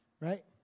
right